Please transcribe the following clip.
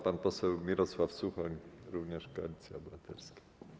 Pan poseł Mirosław Suchoń, również Koalicja Obywatelska.